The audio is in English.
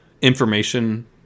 information